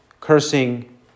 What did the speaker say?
cursing